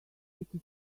city